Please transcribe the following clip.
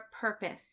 purpose